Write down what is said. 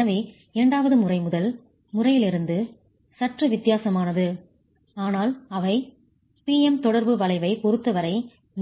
எனவே இரண்டாவது முறை முதல் முறையிலிருந்து சற்று வித்தியாசமானது ஆனால் அவை P M தொடர்பு வளைவைப் பொருத்தவரை